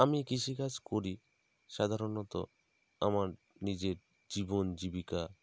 আমি কৃষিকাজ করি সাধারণত আমার নিজের জীবন জীবিকা